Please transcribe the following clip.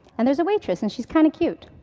and there's a waitress and she's kinda cute.